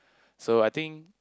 so I think